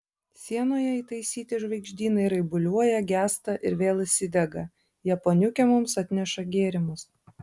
sienoje įtaisyti žvaigždynai raibuliuoja gęsta ir vėl įsidega japoniukė mums atneša gėrimus